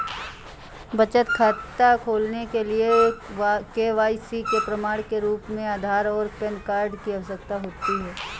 बचत खाता खोलने के लिए के.वाई.सी के प्रमाण के रूप में आधार और पैन कार्ड की आवश्यकता होती है